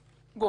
גופים כספים,